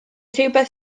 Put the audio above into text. rhywbeth